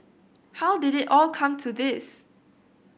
how did it all come to this